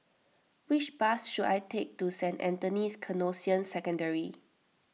which bus should I take to Saint Anthony's Canossian Secondary